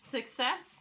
Success